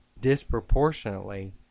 disproportionately